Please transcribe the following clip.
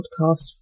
podcast